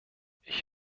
ich